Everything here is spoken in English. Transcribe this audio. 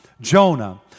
Jonah